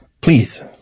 Please